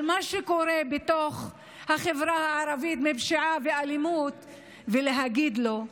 מה שקורה בתוך החברה הערבית בפשיעה ובאלימות ולהגיד לו: